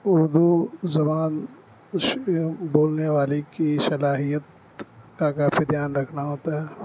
اردو زبان بولنے کچھ بولنے والی کی صلاحیت کا کافی دھیان رکھنا ہوتا ہے